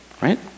Right